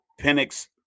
Penix